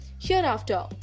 hereafter